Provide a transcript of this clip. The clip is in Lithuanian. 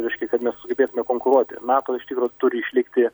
reiškia kad mes sugebėtume konkuruoti nato iš tikro turi išlikti